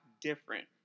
different